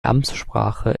amtssprache